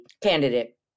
candidate